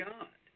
God